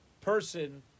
person